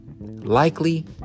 likely